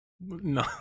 no